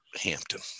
Hampton